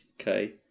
Okay